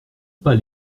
pas